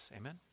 Amen